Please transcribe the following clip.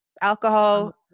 Alcohol